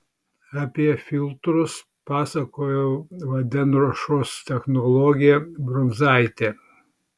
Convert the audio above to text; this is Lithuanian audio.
apie filtrus pasakojo vandenruošos technologė brunzaitė